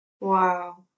Wow